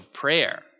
prayer